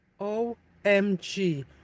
OMG